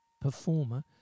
performer